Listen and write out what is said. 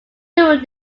during